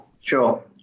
sure